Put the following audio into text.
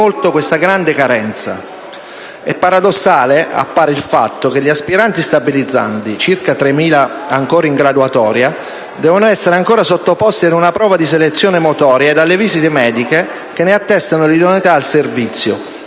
Paradossale appare il fatto che gli aspiranti stabilizzandi - circa 3.000 ancora in graduatoria - devono ancora essere sottoposti ad una prova di selezione motoria e alle visite mediche che ne attestino l'idoneità al servizio,